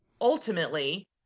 ultimately